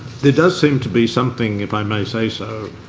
there does seem to be something, if i may say so,